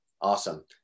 Awesome